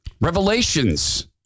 Revelations